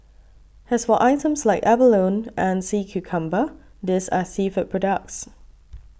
as for items like abalone and sea cucumber these are seafood products